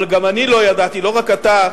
אבל גם אני לא ידעתי, לא רק אתה,